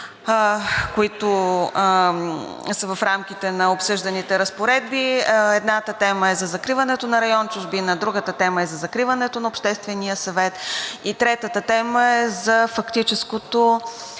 които са в рамките на обсъжданите разпоредби. Едната тема е за закриването на район „Чужбина“, другата тема е за закриването на Обществения съвет и третата тема е за фактическото